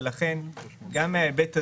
ולכן גם מההיבט הזה,